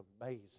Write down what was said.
amazing